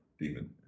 demon